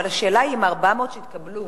אבל השאלה היא אם ה-400 שהתקבלו